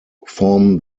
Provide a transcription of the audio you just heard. form